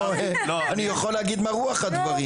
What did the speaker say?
אני יכול להגיד מה רוח הדברים.